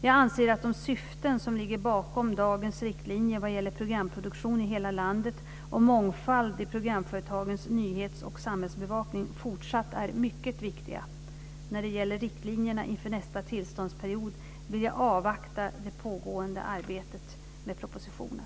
Jag anser att de syften som ligger bakom dagens riktlinjer vad gäller programproduktion i hela landet och mångfald i programföretagens nyhets och samhällsbevakning fortsatt är mycket viktiga. När det gäller riktlinjerna inför nästa tillståndsperiod vill jag avvakta det pågående arbetet med propositionen.